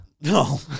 no